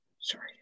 sorry